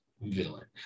villain